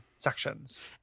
sections